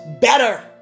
better